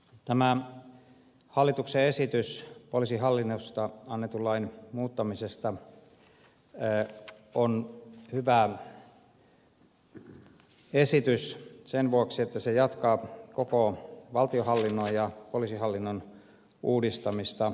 tämä hallituksen esitys poliisihallinnosta annetun lain muuttamisesta on hyvä esitys sen vuoksi että se jatkaa koko valtionhallinnon ja poliisihallinnon uudistamista